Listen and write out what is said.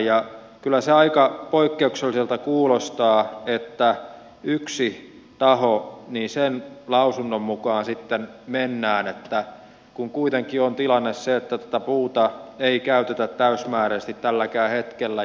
ja kyllä se aika poikkeukselliselta kuulostaa että on yksi taho jonka lausunnon mukaan mennään kun kuitenkin tilanne on se että puuta ei käytetä täysimääräisesti tälläkään hetkellä